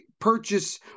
purchase